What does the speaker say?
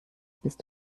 bist